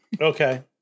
Okay